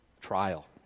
trial